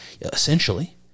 essentially